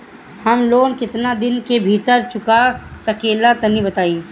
हम लोन केतना दिन के भीतर चुका सकिला तनि बताईं?